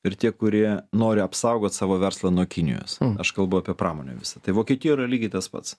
ir tie kurie nori apsaugot savo verslą nuo kinijos aš kalbu apie pramonę visą tai vokietijoj yra lygiai tas pats